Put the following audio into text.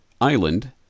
Island